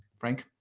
frank.